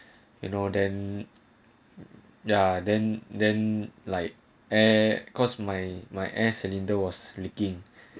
you know then ya then then like eh cause my my air cylinder was leaking